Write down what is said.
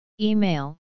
Email